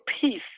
peace